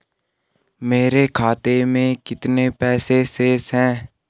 मेरे खाते में कितने पैसे शेष हैं?